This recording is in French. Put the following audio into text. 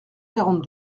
quarante